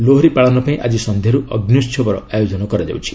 ଲୋହରୀ ପାଳନ ପାଇଁ ଆକି ସନ୍ଧ୍ୟାରୁ ଅଗ୍ନୋାହବର ଆୟୋଜନ କରାଯାଉଛି